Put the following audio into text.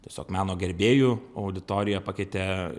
tiesiog meno gerbėjų auditoriją pakeitė